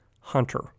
Hunter